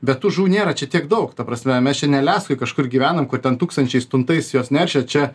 bet tu žuvų nėra čia tiek daug ta prasme mes čia ne aliaskoj kažkur gyvenam kur ten tūkstančiais tuntais jos neršia čia